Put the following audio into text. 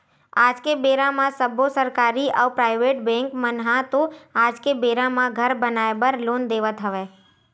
आज के बेरा म सब्बो सरकारी अउ पराइबेट बेंक मन ह तो आज के बेरा म घर बनाए बर लोन देवत हवय